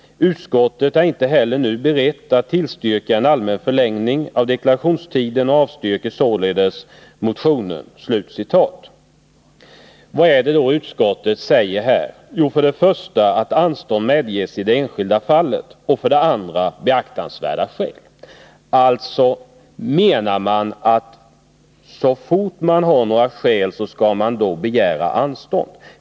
Utskottet är inte heller nu berett att tillstyrka en allmän förlängning av deklarationstiden och avstyrker således motion 1979/80:1106.” Vad är det då utskottet säger med detta? Jo, att så fort man har skäl därtill skall man begära anstånd.